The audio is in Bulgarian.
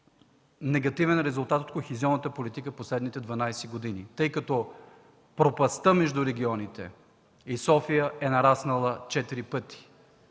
негативен резултат от кохезионната политика в последните 12 години, тъй като пропастта между регионите и София е нараснала четири